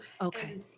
Okay